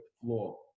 floor